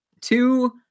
two